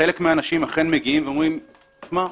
חלק מהאנשים אכן מגיעים ואומרים: תשמע,